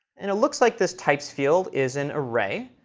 and it looks like this types field is an array,